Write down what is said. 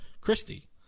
Christie